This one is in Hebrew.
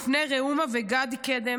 בפני ראומה וגדי קדם,